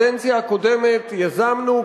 עוד בקדנציה הקודמת יזמנו,